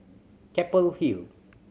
Keppel Hill